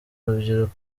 rubyiruko